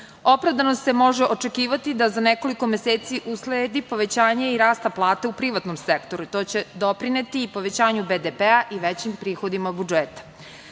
Opravdano se može očekivati da za nekoliko meseci usledi povećanje rasta i u privatnom sektoru. To će doprineti povećanju BDP i većim prihodima budžeta. Takođe